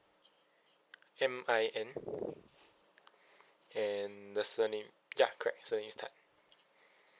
M I N and the surname ya correct surname is tan